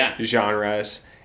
genres